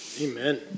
amen